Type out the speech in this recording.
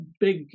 big